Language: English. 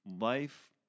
life